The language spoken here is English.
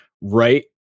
right